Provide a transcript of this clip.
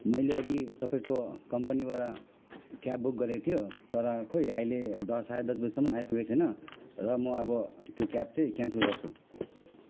मैले अघि तपाईँको कम्पनीबाट क्याब बुक गरेको थियो तर खोई अहिले दस साढे दस बजीसम्म आइपुगेको छैन र म अब त्यो क्याब चाहिँ क्यान्सल गर्छु